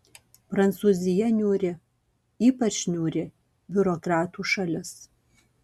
prancūzija niūri ypač niūri biurokratų šalis